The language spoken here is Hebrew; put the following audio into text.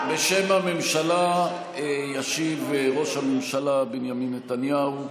בשם הממשלה ישיב ראש הממשלה בנימין נתניהו,